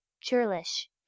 churlish